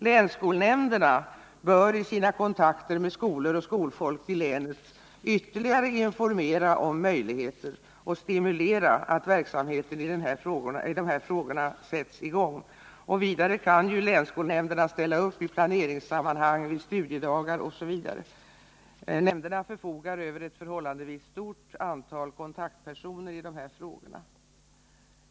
Länsskolnämnderna bör i sina kontakter med skolor och skolfolk i länet ytterligare informera om möjligheter och stimulera till igångsättande av sådan verksamhet. Vidare kan ju länsskolnämnderna ställa upp i planeringssammanhang, vid studiedagar osv. Nämnderna förfogar över ett förhållandevis stort antal kontaktpersoner i dessa frågor.